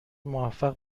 موفق